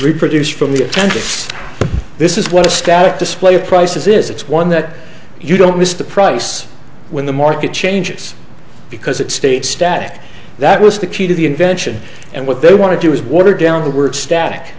reproduced from the attendees this is what a static display of prices is it's one that you don't miss the price when the market changes because it's state static that was the key to the invention and what they want to do is water down the word static